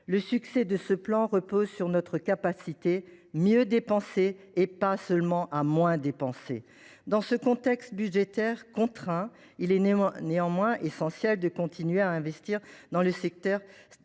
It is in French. Le succès du PSMT repose sur notre capacité à mieux dépenser, et pas seulement à moins dépenser. Dans ce contexte budgétaire contraint, il est néanmoins primordial de continuer à investir dans des secteurs stratégiques